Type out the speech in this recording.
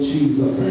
Jesus